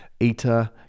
Eta